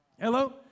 Hello